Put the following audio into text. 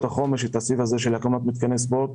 החומש את הסעיף הזה של הקמת מתקני ספורט.